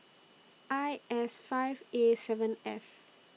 I S five A seven F